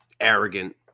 arrogant